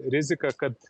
rizika kad